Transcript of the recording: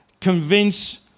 convince